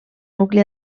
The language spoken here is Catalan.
nucli